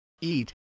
eat